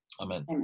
Amen